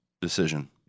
decision